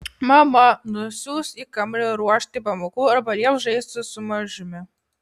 mama nusiųs į kambarį ruošti pamokų arba lieps žaisti su mažiumi